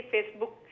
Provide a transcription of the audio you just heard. Facebook